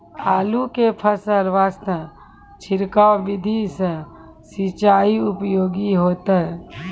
आलू के फसल वास्ते छिड़काव विधि से सिंचाई उपयोगी होइतै?